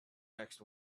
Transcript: next